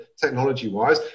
technology-wise